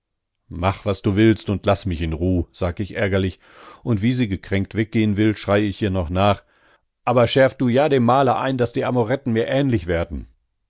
mach was du willst und laß mich in ruh sag ich ärgerlich und wie sie gekränkt weggehen will schrei ich ihr noch nach aber schärf du ja dem maler ein daß die amoretten mir ähnlich werden